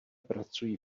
pracují